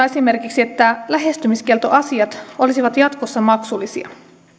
esimerkiksi että lähestymiskieltoasiat olisivat jatkossa maksullisia